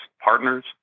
partners